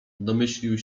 domyślił